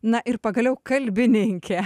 na ir pagaliau kalbininkė